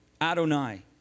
Adonai